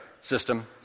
System